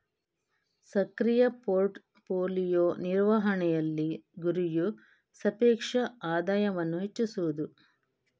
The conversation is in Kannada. ಸಕ್ರಿಯ ಪೋರ್ಟ್ ಫೋಲಿಯೊ ನಿರ್ವಹಣೆಯಲ್ಲಿ, ಗುರಿಯು ಸಾಪೇಕ್ಷ ಆದಾಯವನ್ನು ಹೆಚ್ಚಿಸುವುದು